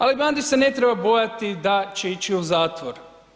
Ali Bandić se ne treba bojati da će ići u zatvor.